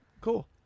Cool